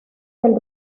del